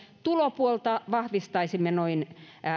tulopuolta vahvistaisimme noin